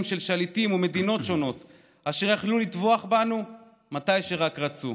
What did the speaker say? של שליטים ומדינות שונות אשר יכלו לטבוח בנו מתי שרק רצו.